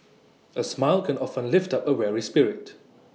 A smile can often lift up A weary spirit